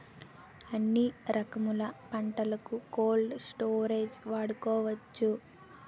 ఎన్ని రకములు పంటలకు కోల్డ్ స్టోరేజ్ వాడుకోవచ్చు?